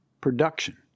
production